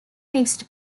mixed